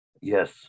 Yes